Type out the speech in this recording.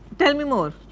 tell me more.